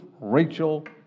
Rachel